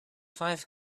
five